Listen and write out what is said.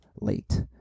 late